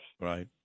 Right